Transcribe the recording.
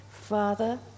Father